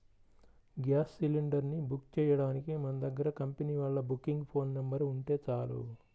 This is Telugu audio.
గ్యాస్ సిలిండర్ ని బుక్ చెయ్యడానికి మన దగ్గర కంపెనీ వాళ్ళ బుకింగ్ ఫోన్ నెంబర్ ఉంటే చాలు